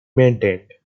maintained